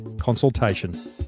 consultation